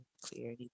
clear